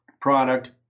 product